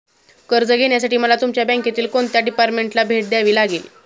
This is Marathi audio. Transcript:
कर्ज घेण्यासाठी मला तुमच्या बँकेतील कोणत्या डिपार्टमेंटला भेट द्यावी लागेल?